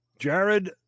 Jared